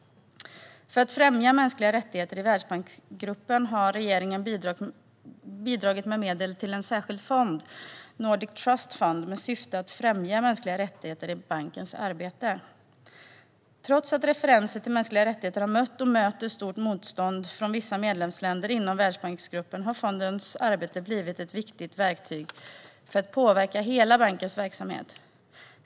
För att främja mänskliga rättigheter i Världsbanksgruppen har regeringen bidragit med medel till en särskild fond, Nordic Trust Fund, med syfte att främja mänskliga rättigheter i bankens arbete. Trots att referenser till mänskliga rättigheter har mött och möter stort motstånd från vissa medlemsländer inom Världsbanksgruppen har fondens arbete blivit ett viktigt verktyg för att påverka hela bankens verksamhet.